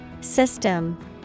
System